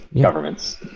governments